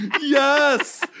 Yes